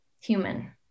human